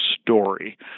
story